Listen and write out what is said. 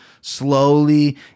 slowly